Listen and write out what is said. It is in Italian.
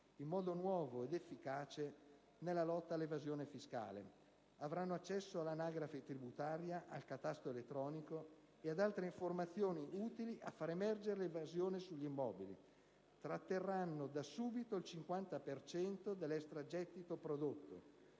in modo nuovo ed efficace nella lotta all'evasione fiscale: avranno accesso all'anagrafe tributaria, al catasto elettronico e ad altre informazioni utili a fare emergere l'evasione sugli immobili; tratterranno, da subito, il 50 per cento dell'extragettito prodotto;